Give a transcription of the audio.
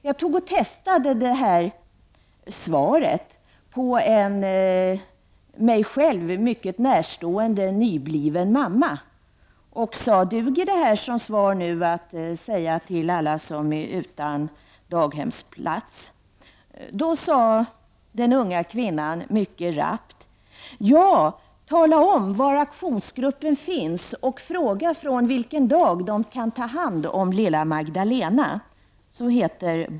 Jag testade det här svaret på en mig själv närstående nybliven mamma och sade: Duger det här som svar till alla som är utan daghemsplats? Då sade den unga kvinnan mycket rappt: Ja, tala om var aktionsgruppen finns och fråga från vilken dag de kan ta hand om lilla Magdalena.